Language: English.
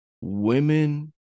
women